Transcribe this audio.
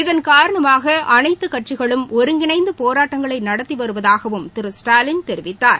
இதன்காரணமாக அனைத்துக்கட்சிகளும் ஒருங்கிணைந்து போராட்டங்களை நடத்தி வருவதாகவும் திரு ஸ்டாலின் தெரிவித்தார்